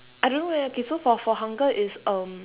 I don't know leh K so for for hunger is um